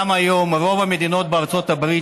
גם היום רוב המדינות בארצות הברית,